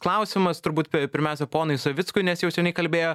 klausimas turbūt pirmiausia ponui savickui nes jau seniai kalbėjo